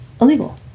illegal